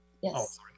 yes